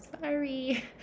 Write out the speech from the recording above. sorry